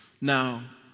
Now